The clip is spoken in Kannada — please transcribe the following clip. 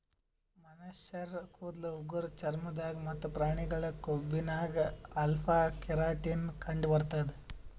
ಮನಶ್ಶರ್ ಕೂದಲ್ ಉಗುರ್ ಚರ್ಮ ದಾಗ್ ಮತ್ತ್ ಪ್ರಾಣಿಗಳ್ ಕೊಂಬಿನಾಗ್ ಅಲ್ಫಾ ಕೆರಾಟಿನ್ ಕಂಡಬರ್ತದ್